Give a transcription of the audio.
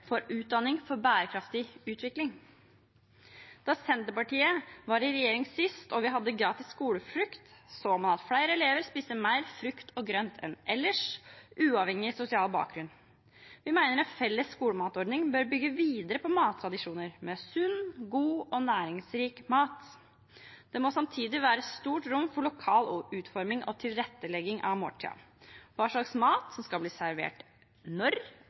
for utdanning for bærekraftig utvikling. Da Senterpartiet sist var i regjering, og vi hadde gratis skolefrukt, så man at flere elever spiste mer frukt og grønt enn ellers, uavhengig av sosial bakgrunn. Vi mener en felles skolematordning bør bygge videre på mattradisjoner med sunn, god og næringsrik mat. Det må samtidig være stort rom for lokal utforming og tilrettelegging av måltidene. Hva slags mat som skal bli servert, når,